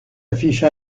affiche